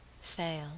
fail